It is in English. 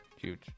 huge